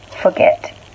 forget